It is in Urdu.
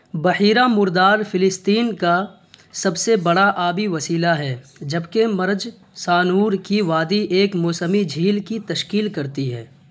بحیرہ مردار فلسطین کا سب سے بڑا آبی وسیلہ ہے جبکہ مرج صانور کی وادی ایک موسمی جھیل کی تشکیل کرتی ہے